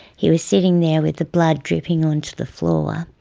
he was sitting there with the blood dripping onto the floor.